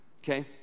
okay